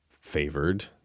favored